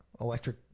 Electric